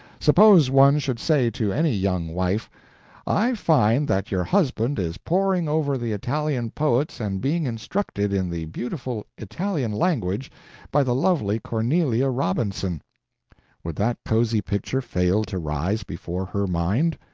suppose one should say to any young wife i find that your husband is poring over the italian poets and being instructed in the beautiful italian language by the lovely cornelia robinson would that cozy picture fail to rise before her mind?